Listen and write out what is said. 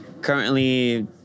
currently